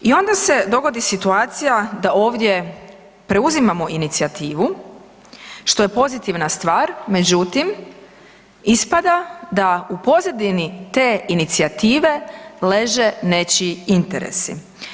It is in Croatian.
I onda se dogodi situacija da ovdje preuzimamo inicijativu što je pozitivna stvar, međutim ispada da u pozadini te inicijative leže nečiji interesi.